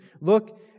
Look